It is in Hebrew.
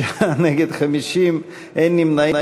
בעד, 36, נגד 50, אין נמנעים.